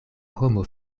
homo